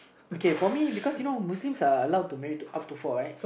okay for me because you know Muslims are allowed to married to up to four right